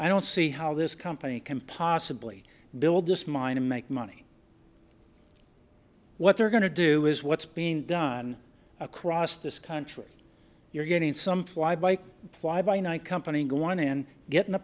i don't see how this company can possibly build this mine and make money what they're going to do is what's being done across this country you're getting some fly by fly by night company going and getting a